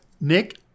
Nick